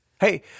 Hey